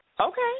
Okay